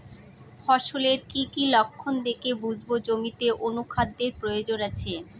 ফসলের কি কি লক্ষণ দেখে বুঝব জমিতে অনুখাদ্যের প্রয়োজন আছে?